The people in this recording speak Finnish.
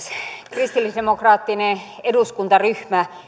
kristillisdemokraattinen eduskuntaryhmä